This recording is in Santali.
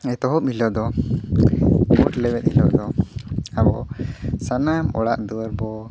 ᱮᱛᱚᱦᱚᱵ ᱦᱤᱞᱳᱜ ᱫᱚ ᱜᱚᱴ ᱞᱮᱵᱮᱫ ᱦᱤᱞᱳᱜ ᱫᱚ ᱟᱵᱚ ᱥᱟᱱᱟᱢ ᱚᱲᱟᱜ ᱫᱩᱣᱟᱹᱨ ᱵᱚ